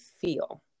feel